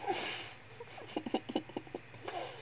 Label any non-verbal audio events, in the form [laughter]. [laughs]